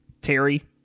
Terry